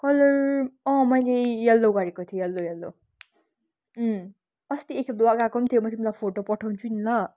colour अँ मैले yellow गरेको थिएँ यल्लो यल्लो अँ अस्ति एक खेप लगाएको पनि थिएँ म तिमीलाई फोटो पठउँछु नि ल